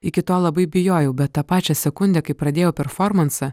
iki tol labai bijojau bet tą pačią sekundę kai pradėjau performansą